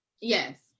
yes